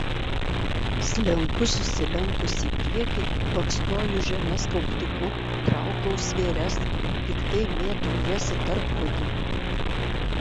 slenku susilenkusi į priekį baksnoju žemes kauptuku traukau svėres piktai mėtau jas į tarpvagį